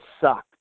sucked